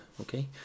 okay